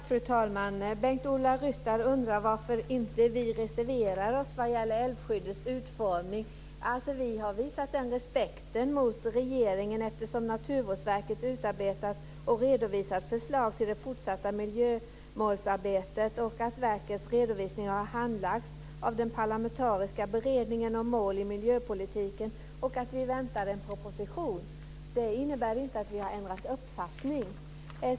Fru talman! Bengt-Ola Ryttar undrar varför vi inte reserverat oss mot älvskyddets utformning. Vi har visat den respekten mot regeringen, eftersom Naturvårdsverket har utarbetat och redovisat förslag till det fortsatta miljövårdsarbetet. Verkets redovisning har handlagts av den parlamentariska beredningen om mål i miljöpolitiken, och vi väntar på en proposition. Detta innebär inte att vi har ändrat uppfattning.